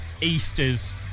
Easter's